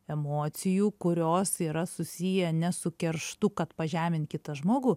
emocijų kurios yra susiję ne su kerštu kad pažemint kitą žmogų